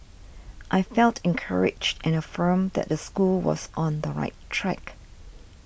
I felt encouraged and affirmed that the school was on the right track